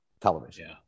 television